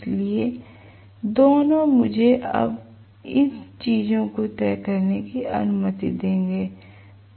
इसलिए दोनों मुझे अब इन चीजों को तय करने की अनुमति देंगे